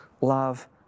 love